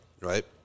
right